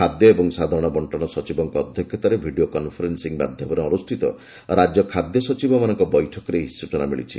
ଖାଦ୍ୟ ଓ ସାଧାରଣ ବଣ୍ଟନ ସଚିବଙ୍କ ଅଧ୍ୟକ୍ଷତାରେ ଭିଡ଼ିଓ କନ୍ଫରେନ୍ସିଂ ମାଧ୍ୟମରେ ଅନୁଷ୍ଠିତ ରାଜ୍ୟ ଖାଦ୍ୟ ସଚିବମାନଙ୍କ ବୈଠକରେ ଏହି ସୂଚନା ମିଳିଛି